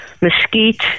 mesquite